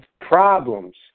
problems